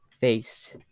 face